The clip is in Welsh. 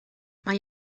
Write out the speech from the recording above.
mae